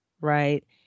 right